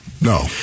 No